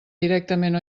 directament